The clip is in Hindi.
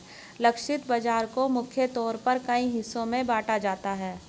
लक्षित बाजार को मुख्य तौर पर कई हिस्सों में बांटा जाता है